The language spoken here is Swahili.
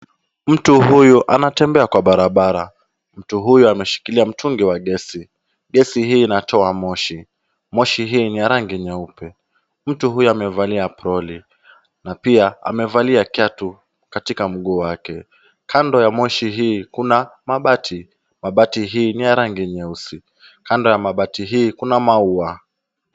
Mtu huyu anatembea kwa barabara. Mtu huyu ameshikilia mtungi wa gesi. Gesi hii inatoa moshi. Moshi hii ni yangi nyeupe. Mtu huyu amevalia aproli na pia amevalia kiatu katika mguu kwake. Kando ya moshi hii kuna mabati. Mabati hii ni yangi nyeusi. Kando ya mabati hii kuna maua.